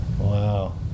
wow